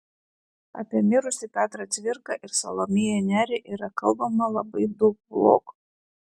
apie mirusį petrą cvirką ir salomėją nerį yra kalbama labai daug blogo